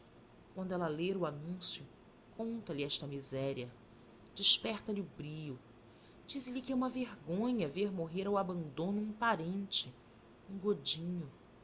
quando ela ler o anúncio contalhe esta miséria desperta lhe o brio dize-lhe que é uma vergonha ver morrer ao abandono um parente um godinho